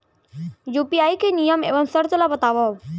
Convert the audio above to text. UPI के नियम एवं शर्त ला बतावव